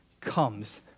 comes